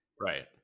Right